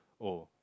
oh